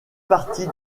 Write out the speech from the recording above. partie